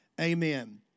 Amen